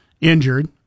injured